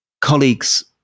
colleagues